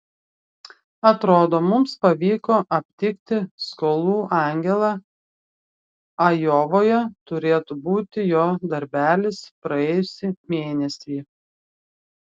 atrodo mums pavyko aptikti skolų angelą ajovoje turėtų būti jo darbelis praėjusį mėnesį